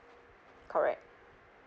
correct